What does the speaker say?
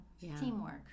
teamwork